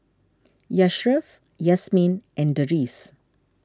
Yashraff Yasmin and Deris